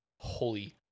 holy